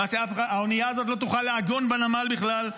למעשה האונייה הזאת לא תוכל לעגון בנמל בכלל,